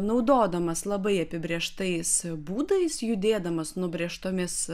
naudodamas labai apibrėžtais būdais judėdamas nubrėžtomis